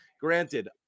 Granted